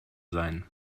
sein